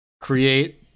create